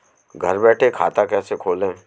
घर बैठे खाता कैसे खोलें?